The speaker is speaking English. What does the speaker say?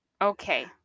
Okay